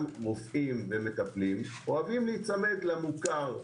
רופאים ומטפלים אוהבים להיצמד למוכר,